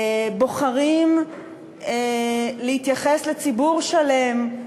בוחרים להתייחס לציבור שלם,